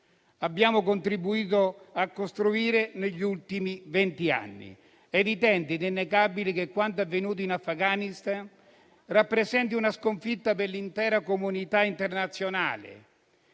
abbiamo contribuito a costruire negli ultimi venti anni. È evidente e innegabile che quanto avvenuto in Afghanistan rappresenti una sconfitta per l'intera comunità internazionale